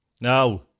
Now